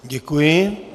Děkuji.